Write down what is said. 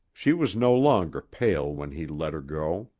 she was no longer pale when he let her go.